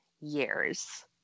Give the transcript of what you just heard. years